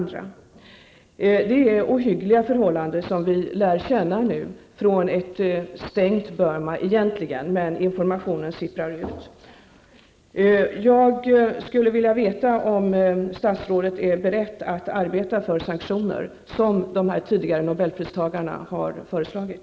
Det är ohyggliga förhållanden som vi lär känna nu från ett stängt Burma. Informationen sipprar dock ut. Jag skulle vilja veta om statsrådet är beredd att arbeta för sanktioner, som dessa tidigare nobelpristagare har föreslagit.